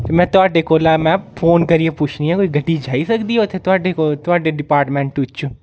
ते मै तोहाडे कोला न फ़ोन करियै पुच्छनी कोई गड्डी जाई सकदी ऐ उत्थे तोहाडे को तोहाडे डिपार्टमेंट बिच्चूं